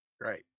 great